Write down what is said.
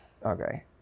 Okay